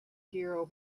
hero